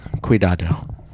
Cuidado